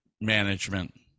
management